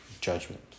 judgment